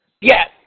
Yes